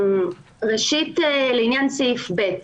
לעניין סעיף (ב).